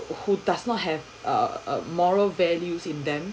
who does not have a a moral value in them